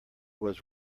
was